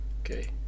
Okay